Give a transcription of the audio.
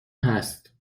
هست